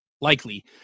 likely